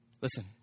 listen